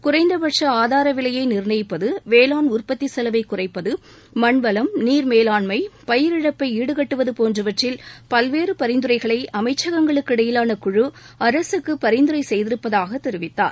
குறைந்தபட்ச ஆதார விலையை நிர்ணயிட்பது வேளாண் உற்பத்தி செலவைக் குறைப்பது மண் வளம் நீர் மேலாண்மை பயிரிழப்பை ஈடுகட்டுவது போன்றவற்றில் பல்வேறு பரிந்துரைகளை அமைச்சகங்களுக்கு இடையிலான குழு அரசுக்கு பரிந்துரை செய்திருப்பதாகத் தெரிவித்தார்